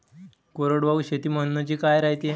कोरडवाहू शेती म्हनजे का रायते?